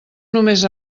només